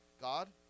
God